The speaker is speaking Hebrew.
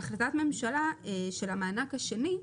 בהחלטת הממשלה על המענק השני,